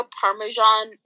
parmesan